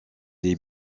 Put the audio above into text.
les